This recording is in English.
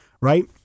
right